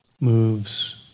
moves